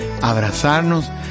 abrazarnos